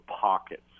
pockets